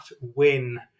win